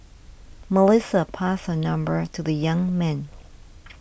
Melissa passed her number to the young man